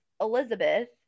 Elizabeth